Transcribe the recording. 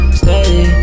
steady